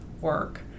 work